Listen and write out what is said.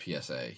psa